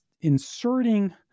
inserting